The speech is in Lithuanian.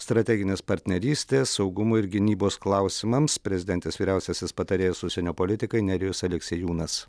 strateginės partnerystės saugumo ir gynybos klausimams prezidentės vyriausiasis patarėjas užsienio politikai nerijus aleksiejūnas